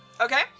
Okay